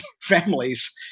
families